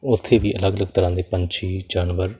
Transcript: ਉੱਥੇ ਵੀ ਅਲੱਗ ਅਲੱਗ ਤਰ੍ਹਾਂ ਦੇ ਪੰਛੀ ਜਾਨਵਰ